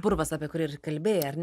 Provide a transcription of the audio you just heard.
purvas apie kurį ir kalbėjai ar ne